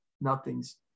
nothing's